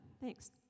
Thanks